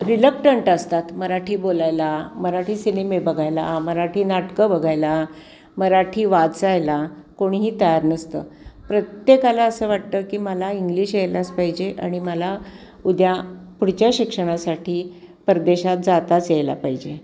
reluctant असतात मराठी बोलायला मराठी सिनेमे बघायला मराठी नाटकं बघायला मराठी वाचायला कोणीही तयार नसतं प्रत्येकाला असं वाटतं की मला इंग्लिश यायलाच पाहिजे आणि मला उद्या पुढच्या शिक्षणासाठी परदेशात जाताच यायला पाहिजे